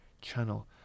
Channel